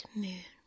moon